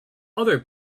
other